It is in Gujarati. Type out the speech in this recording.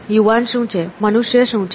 યુવાન શું છે મનુષ્ય શું છે